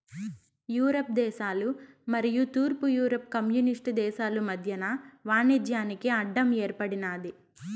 Europe దేశాలు మరియు తూర్పు యూరప్ కమ్యూనిస్టు దేశాలు మధ్యన వాణిజ్యానికి అడ్డం ఏర్పడినాది